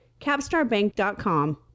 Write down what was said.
CapstarBank.com